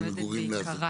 בוא נחלק את זה יחד.